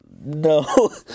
No